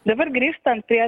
dabar grįžtant prie